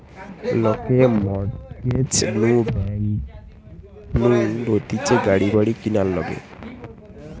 লোকে mortgage loan bank নু লইতেছে গাড়ি বাড়ি কিনার লিগে